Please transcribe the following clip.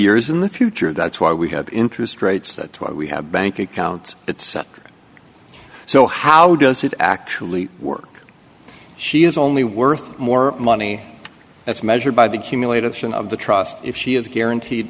years in the future that's why we have interest rates that's why we have bank accounts etc so how does it actually work she is only worth more money that's measured by the cumulate of sin of the trust if she is guaranteed